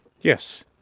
yes